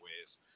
ways